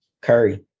Curry